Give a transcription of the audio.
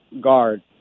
guard